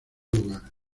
lugar